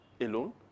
alone